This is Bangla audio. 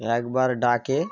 একবার ডাকে